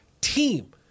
team